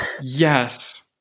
Yes